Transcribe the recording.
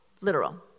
Literal